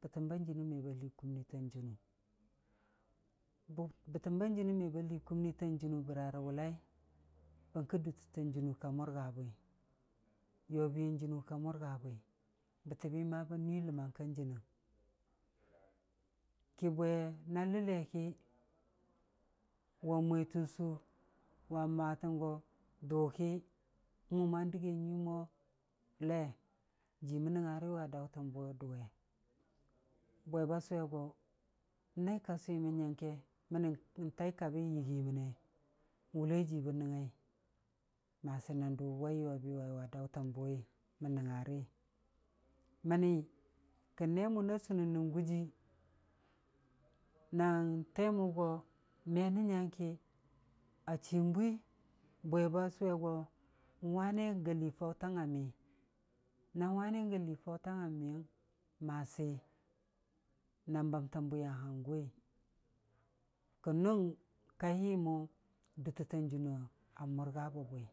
bətəm ba jɨnɨm me ba lii kumnii tan jɨnu, bə- bətəm ba jɨnɨm me ba lii kumnii tan jɨnu bəra rə wʊllai? Bərkə dutəttan jɨnu ka mʊrga bwi, yobiyan jɨnu ka mʊrga bwi, bətəbbi ma ba nuii ləmmang ka jɨnɨng, kə bwe na əlle ki, wa mwetən suu, wa matən go dʊ ki, mʊman dəgye nyii mo le, jiimən mən nəngngari we dʊwe, bwe ba sʊwe go, naai ka swimən go nyəngke məni n'taai kabi yɨgii məne, wʊllai jii bən nəngngai? Masi na dʊ wai yobi waiwa daʊtən bʊwi mən nəngngari, məni, kə nee mʊ na sʊnən nən gujii, na Teemʊ go me nən nyang ki, a chiin bwi bwe ba sʊwe go u'wane ga lii faʊtang a mi, na wane ga lii faʊtang a miyəng, masi na bəmtən bwiya hangʊwi, kən nʊng kaihi mo dutəttan jɨnu a mʊrga bə bwi.